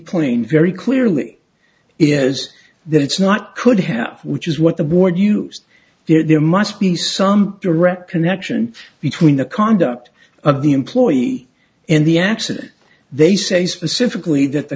point very clearly is that it's not could have which is what the board used there must be some direct connection between the conduct of the employee and the accident they say specifically t